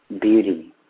beauty